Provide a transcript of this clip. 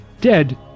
dead